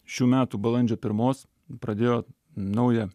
šių metų balandžio pirmos pradėjo naują